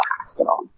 hospital